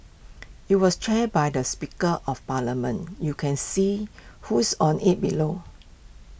IT was chaired by the speaker of parliament you can see who's on IT below